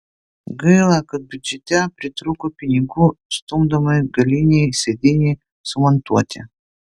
gaila kad biudžete pritrūko pinigų stumdomai galinei sėdynei sumontuoti